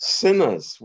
sinners